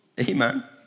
Amen